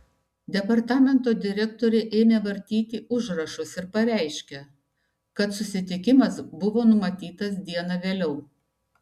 departamento direktorė ėmė vartyti užrašus ir pareiškė kad susitikimas buvo numatytas diena vėliau